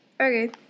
okay